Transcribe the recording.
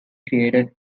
created